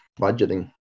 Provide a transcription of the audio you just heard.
budgeting